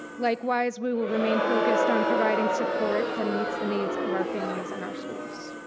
likewise, we will remain focused on providing support that meets the needs of our families and our schools.